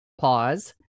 pause